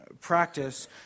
practice